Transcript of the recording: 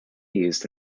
used